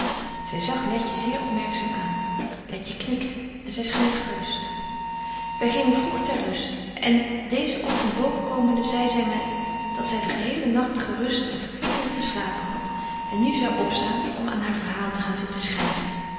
zy zag letje zeer opmerkzaam aan letje knikte en zy scheen gerust wy gingen vroeg ter rust en deezen ochtend boven komende zei zy my dat zy den gehelen nagt gerust en verkwikkelyk geslapen hadt en nu zou opstaan om aan haar verhaal te gaan zitten schryven